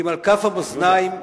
שאם על כפות המאזניים,